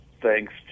thanks